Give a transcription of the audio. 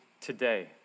today